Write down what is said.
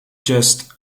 just